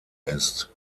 ist